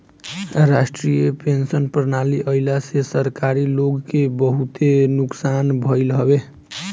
राष्ट्रीय पेंशन प्रणाली आईला से सरकारी लोग के बहुते नुकसान भईल हवे